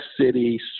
city